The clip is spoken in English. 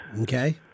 Okay